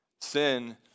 Sin